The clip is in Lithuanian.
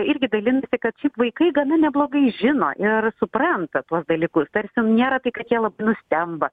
irgi dalinasi kad šiaip vaikai gana neblogai žino ir supranta tuos dalykus tarsi nėra tai kad jie nustemba